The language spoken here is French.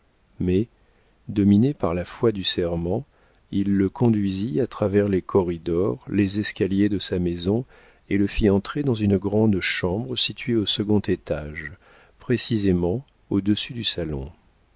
mais dominé par la foi du serment il le conduisit à travers les corridors les escaliers de sa maison et le fit entrer dans une grande chambre située au second étage précisément au-dessus du salon